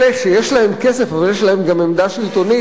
אלה שיש להם כסף ויש להם גם עמדה שלטונית,